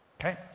Okay